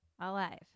Alive